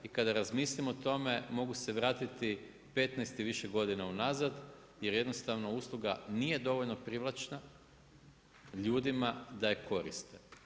I kada razmislim o tome, mogu se vratiti 15 i više godina unazad, jer jednostavno usluga nije dovoljno privlačna ljudima da je korisna.